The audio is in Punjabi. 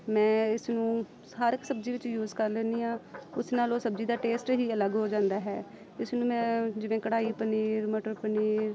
ਮੈਂ ਇਸ ਨੂੰ ਹਰ ਇੱਕ ਸਬਜ਼ੀ ਵਿੱਚ ਯੂਜ ਕਰ ਲੈਂਦੀ ਹਾਂ ਉਸ ਨਾਲ ਉਹ ਸਬਜ਼ੀ ਦਾ ਟੇਸਟ ਹੀ ਅਲੱਗ ਹੋ ਜਾਂਦਾ ਹੈ ਇਸਨੂੰ ਮੈਂ ਜਿਵੇਂ ਕੜਾਹੀ ਪਨੀਰ ਮਟਰ ਪਨੀਰ